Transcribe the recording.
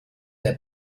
der